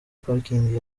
parikingi